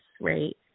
right